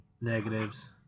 negatives